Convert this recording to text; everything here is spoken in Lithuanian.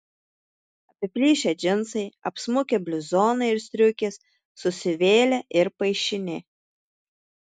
apiplyšę džinsai apsmukę bliuzonai ir striukės susivėlę ir paišini